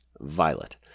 violet